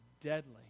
deadly